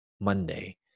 Monday